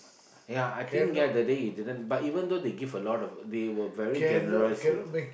ya I think ya that day you didn't but even though they give a lot of they were very generous with the